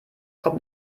kommt